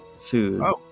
food